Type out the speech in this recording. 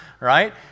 right